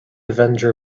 avenger